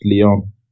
Lyon